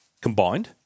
combined